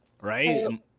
Right